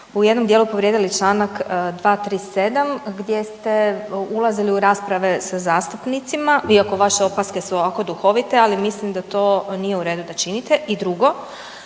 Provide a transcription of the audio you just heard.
u jednom dijelu povrijedili članak 237. gdje ste ulazili u rasprave sa zastupnicima. Iako vaše opaske su ovako duhovite, ali mislim da to nije u redu da činite. I drugo.